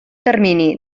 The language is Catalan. termini